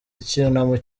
icyunamo